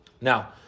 Now